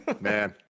Man